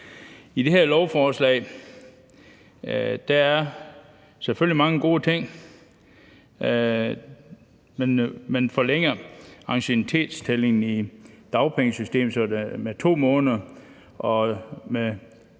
I det her lovforslag er der selvfølgelig mange gode ting. Man forlænger anciennitetstællingen i dagpengesystemet med 2 måneder, og man